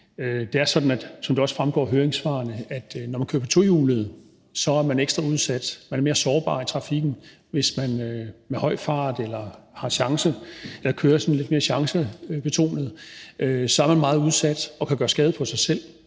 Det er sådan, som det også fremgår af høringssvarene, at når man kører på tohjulede, er man ekstra udsat; man er mere sårbar i trafikken. Hvis man er i høj fart eller kører sådan lidt mere chancebetonet, er man meget udsat og kan gøre skade på sig selv